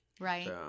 right